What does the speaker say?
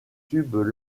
tubes